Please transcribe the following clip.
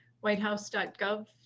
whitehouse.gov